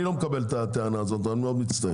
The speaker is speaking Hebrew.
אני לא מקבל את הטענה הזאת, אני מאוד מצטער.